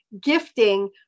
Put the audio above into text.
gifting